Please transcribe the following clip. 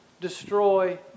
destroy